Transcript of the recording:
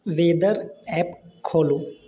weather app खोलू